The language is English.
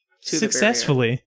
successfully